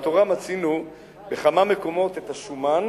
בתורה מצינו בכמה מקומות את השומן